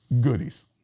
Goodies